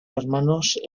hermanos